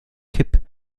kipp